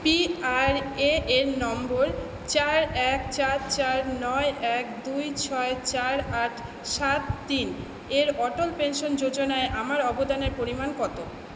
PRAN নম্বর চার এক চার চার নয় এক দুই ছয় চার আট সাত তিন এর অটল পেনশন যোজনায় আমার অবদানের পরিমাণ কত